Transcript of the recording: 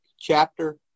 chapter